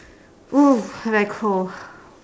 oo very cold